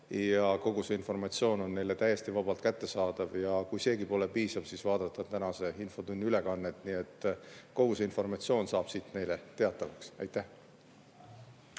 Kogu see informatsioon on kõigile täiesti vabalt kättesaadav ja kui seegi pole piisav, siis saab vaadata tänase infotunni ülekannet. Kogu see informatsioon saab siit neile teatavaks. Aitäh!